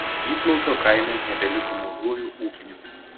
bytlaukio kaime nebeliko mažųjų ūkininkų